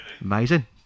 Amazing